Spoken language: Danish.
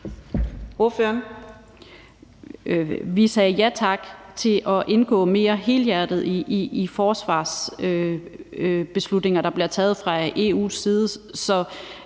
(M): Vi sagde ja tak til at indgå mere helhjertet i forsvarsbeslutninger, der bliver taget fra EU's side.